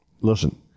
Listen